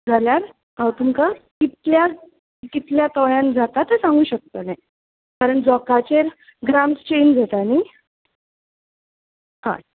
जाल्यार हांव तुमकां तितल्याच कितल्या कळ्यान जाता तें सांगूं शकतलें कारण जोकाचेर ग्राम्स चॅन्ज जाता न्हय हय